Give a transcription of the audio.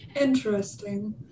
Interesting